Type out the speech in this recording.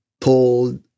told